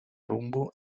rumbo